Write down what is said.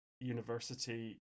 university